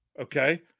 okay